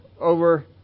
over